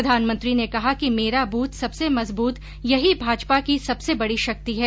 प्रधानमंत्री ने कहा कि मेरा बूथ सबसे मजबूत यही भाजपा की सबसे बडी शक्ति है